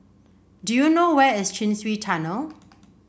do you know where is Chin Swee Tunnel